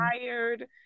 tired